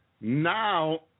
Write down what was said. now